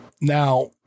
now